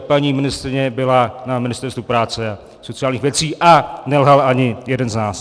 Paní ministryně byla na Ministerstvu práce a sociálních věcí a nelhal ani jeden z nás.